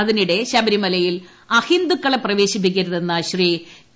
അതിനിടെ ശബരിമലയിൽ അഹിന്ദുക്കളെ പ്രവേശിപ്പിക്കരുതെന്ന ശ്രീ ടി